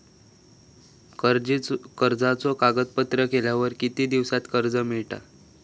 कर्जाचे कागदपत्र केल्यावर किती दिवसात कर्ज मिळता?